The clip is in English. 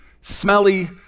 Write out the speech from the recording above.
smelly